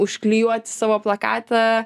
užklijuoti savo plakatą